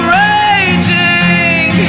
raging